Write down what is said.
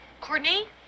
Courtney